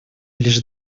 лишь